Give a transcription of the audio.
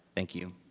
thank you.